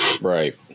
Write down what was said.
right